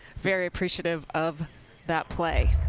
very appreciative of that play.